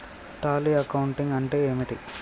Tally accounting అంటే ఏమిటి?